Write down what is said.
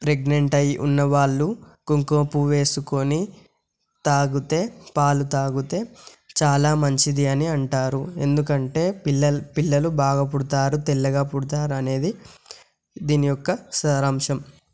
pregnant అయి ఉన్నవాళ్ళు కుంకుమపువ్వు వేసుకొని తాగితే పాలు తాగితే చాలా మంచిది అని అంటారు ఎందుకంటే పిల్లలు బాగా పుడతారు తెల్లగా పుడతారు అనేది దీని యొక్క సారాంశం